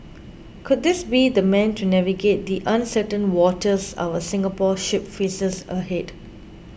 could this be the man to navigate the uncertain waters our Singapore ship faces ahead